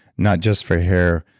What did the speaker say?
not just for hair.